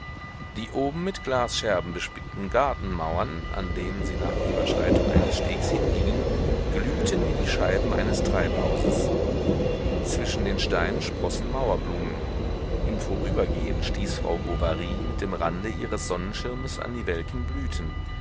die oben mit glasscherben bespickten gartenmauern an denen sie nach überschreitung eines stegs hingingen glühten wie die scheiben eines treibhauses zwischen den steinen sprossen mauerblumen im vorübergehen stieß frau bovary mit dem rande ihres sonnenschirmes an die welken blüten